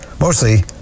Mostly